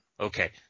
Okay